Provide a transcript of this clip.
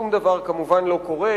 שום דבר כמובן לא קורה,